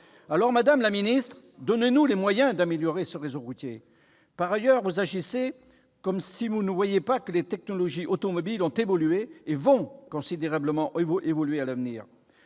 ! Madame la ministre, donnez-nous les moyens d'améliorer ce réseau routier. Par ailleurs, vous agissez comme si vous ne voyiez pas que les technologies automobiles avaient évolué et allaient encore considérablement le faire à l'avenir.